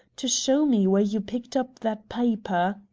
to show me where you picked up that paper.